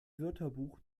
wörterbuch